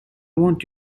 want